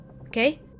Okay